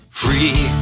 free